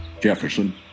jefferson